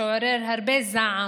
שעורר הרבה זעם